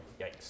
Yikes